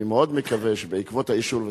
אני מאוד מקווה שבעקבות האישור,